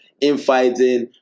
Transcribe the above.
infighting